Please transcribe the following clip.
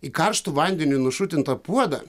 į karštu vandeniu nušutintą puodą